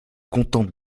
contente